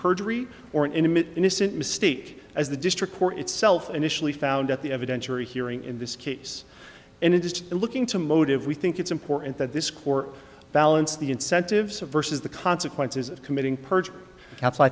perjury or an intimate innocent mistake as the district court itself initially found at the evidentiary hearing in this case and it just looking to motive we think it's important that this court balance the incentives of vs the consequences of committing perjury